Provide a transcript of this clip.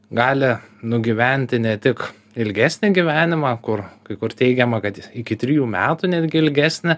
gali nugyventi ne tik ilgesnį gyvenimą kur kai kur teigiama kad iki trijų metų netgi ilgesnį